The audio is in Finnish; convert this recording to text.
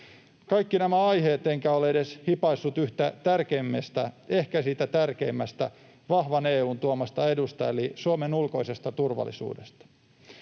Kaikki nämä aiheet — enkä ole edes hipaissut yhtä tärkeintä, ehkä sitä tärkeintä, vahvan EU:n tuomaa etua eli Suomen ulkoista turvallisuutta.